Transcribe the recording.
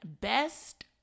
Best